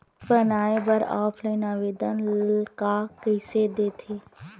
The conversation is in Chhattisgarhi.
बनाये बर ऑफलाइन आवेदन का कइसे दे थे?